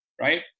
Right